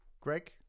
Greg